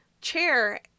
chair